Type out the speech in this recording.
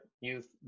youth